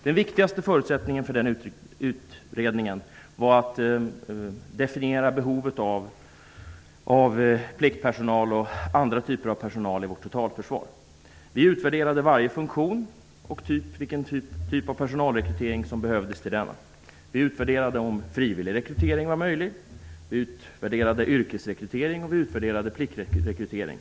Den viktigaste uppgiften för den utredningen var att definiera behovet av pliktpersonal och annan typ av personal i vårt totalförsvar. Vi utvärderade varje funktion för att se vilken typ av personalrekrytering som behövdes. Vi undersökte om frivillig rekrytering var möjlig, vi utvärderade yrkesrekrytering och pliktrekrytering.